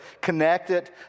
connected